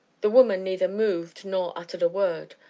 the woman neither moved nor uttered a word,